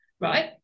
right